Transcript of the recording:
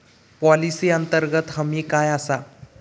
Policy अंतर्गत हमी काय आसा?